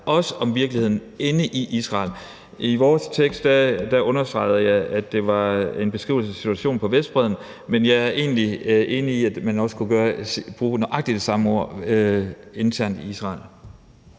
også om virkeligheden inde i Israel. I vores tekst understregede jeg, at der var tale om en situation på Vestbredden, men jeg er egentlig enig i, at man også kunne bruge nøjagtig det samme ord om situationen